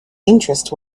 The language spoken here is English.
interest